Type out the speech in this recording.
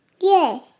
Yes